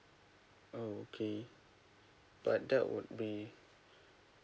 oh okay but that would be